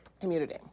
community